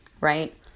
right